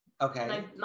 Okay